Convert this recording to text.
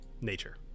nature